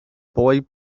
boy